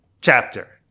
chapter